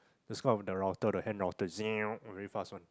that is one of the router the hand router very fast one